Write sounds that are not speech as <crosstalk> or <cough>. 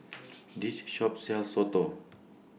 <noise> This Shop sells Soto